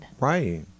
right